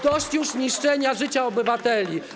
Dość już niszczenia życia obywateli.